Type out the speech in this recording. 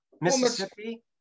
Mississippi